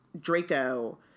Draco